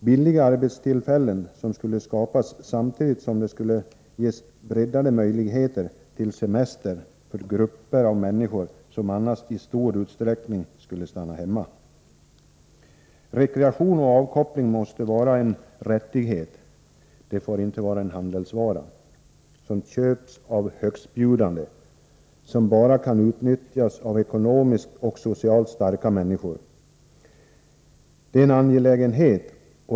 Billiga arbetstillfällen skulle kunna skapas samtidigt som det skulle bli en breddning när det gäller möjligheterna till semesterresor för de människor som annars i stor utsträckning skulle stanna hemma. Rekreation och avkoppling måste vara en rättighet. Det får inte vara fråga om en handelsvara som köps av högstbjudande och som bara kan utnyttjas av ekonomiskt och socialt starka människor. Det är angeläget.